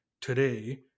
today